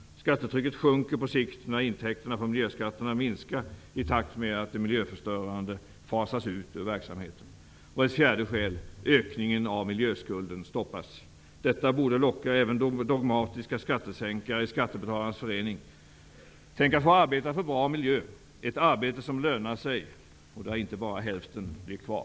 Skattetrycket sjunker på sikt när intäkterna från miljöskatterna minskar i takt med att det miljöförstörande fasas ut ur verksamheten. Ökningen av miljöskulden stoppas. Detta borde locka även dogmatiska skattesänkare i Skattebetalarnas förening. Tänk att få arbeta för bra miljö -- ett arbete som lönar sig, och där inte bara hälften blir kvar.